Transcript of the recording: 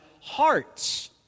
hearts